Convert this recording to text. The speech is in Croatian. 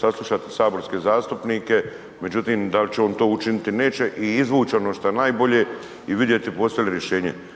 saslušati saborske zastupnike, međutim da li će on to učiniti neće i izvući ono što je najbolje i vidjeti postoji li rješenje.